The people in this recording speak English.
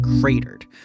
cratered